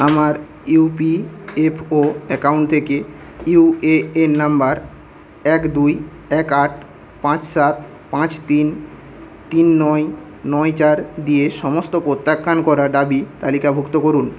আমার EPFO account থেকে UAN number এক দুই এক আট পাঁচ সাত পাঁচ তিন তিন নয় নয় চার দিয়ে সমস্ত প্রত্যাখ্যান করা দাবি তালিকাভুক্ত করুন